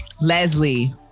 Leslie